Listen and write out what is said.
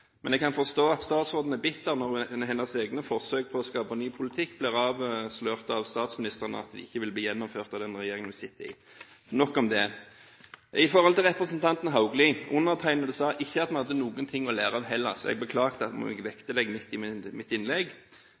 Men jeg kan forstå at statsråden er bitter, når det blir avslørt av statsministeren at hennes egne forsøk på å skape ny politikk ikke vil bli gjennomført av den regjeringen hun sitter i. Nok om det. Til representanten Haugli: Undertegnede sa ikke at vi hadde noe å lære av Hellas. Jeg beklager at